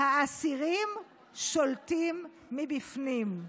האסירים שולטים מבפנים.